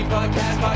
Podcast